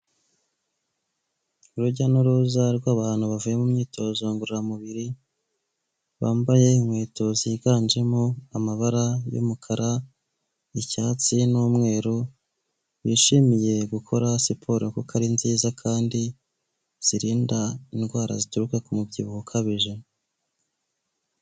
Urujya n'uruza rw'abantu bavuye mu myitozo ngororamubiri, bambaye inkweto ziganjemo amabara y'umukara, icyatsi n'umweru, bishimiye gukora siporo kuko ari nziza kandi zirinda indwara zituruka ku mubyibuho ukabije.